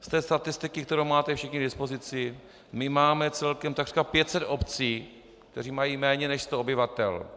Ze statistiky, kterou máte všichni k dispozici, máme celkem takřka 500 obcí, které mají méně než sto obyvatel.